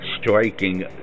striking